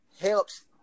helps